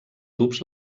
tubs